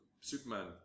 Superman